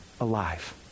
alive